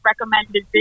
recommended